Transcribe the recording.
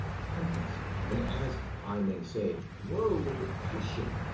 tempest, and, as i may say, whirlwind of passion,